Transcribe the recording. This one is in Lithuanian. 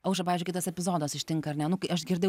aušra pavyzdžiui kitas epizodas ištinka ar ne nu kai aš girdėjau